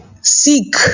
seek